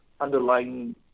underlying